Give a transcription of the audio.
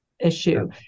issue